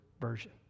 version